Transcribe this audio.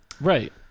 Right